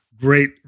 great